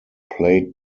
played